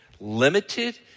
limited